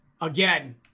again